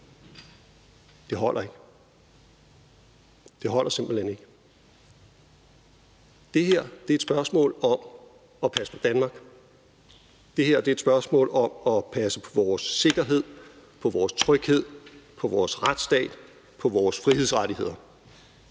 holder ikke. Det holder simpelt hen ikke. Det her er et spørgsmål om at passe på Danmark. Det her er et spørgsmål om at passe på vores sikkerhed, på vores tryghed, på vores retsstat og på vores frihedsrettigheder.